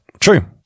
True